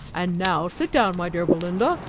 and now sit down, my dear belinda,